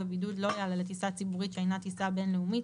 בבידוד לא יעלה לטיסה ציבורית שאינה טיסה בין-לאומית,